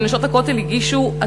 ש"נשות הכותל" עצמן הגישו.